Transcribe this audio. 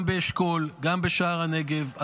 גם באשכול וגם בשער הנגב,